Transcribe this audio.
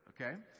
Okay